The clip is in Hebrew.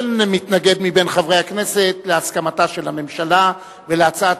אין מתנגד מחברי הכנסת להסכמתה של הממשלה ולהצעת